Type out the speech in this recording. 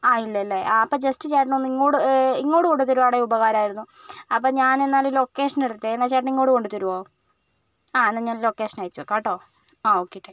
ആ ഇല്ലല്ലേ അപ്പോൾ ജസ്റ്റ് ചേട്ടൻ ഒന്ന് ഇങ്ങോട് ഇങ്ങോട് കൊണ്ട് തരികയായിരുന്നെങ്കിൽ ഉപകാരമായിരുന്നു എന്നാൽ ഞാൻ ലൊക്കേഷൻ ഇടട്ടെ എന്നാൽ ചേട്ടൻ ഇങ്ങോട്ട് കൊണ്ട് തരുവോ ആ എന്നാൽ ഞാൻ ലൊക്കേഷൻ അയച്ചേക്കാം കെട്ടോ ആ ഒക്കെ താങ്ക്യൂ